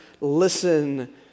Listen